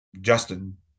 Justin